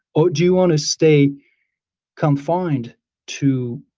or do you want to stay confined to